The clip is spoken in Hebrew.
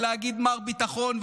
ולהגיד: מר ביטחון,